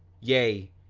yea,